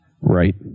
Right